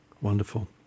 Wonderful